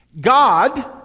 God